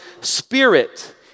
spirit